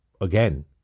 again